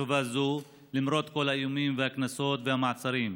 החשובה הזו, למרות כל האיומים, הקנסות והמעצרים.